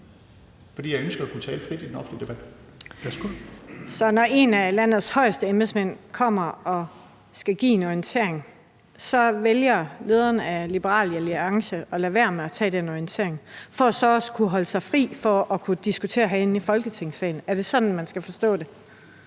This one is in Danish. Helveg Petersen) : Værsgo. Kl. 17:33 Camilla Fabricius (S) : Så når en af landets højeste embedsmænd kommer og skal give en orientering, vælger lederen af Liberal Alliance at lade være med at tage imod den orientering for så at kunne holde sig fri til at kunne diskutere herinde i Folketingssalen. Er det sådan, man skal forstå det?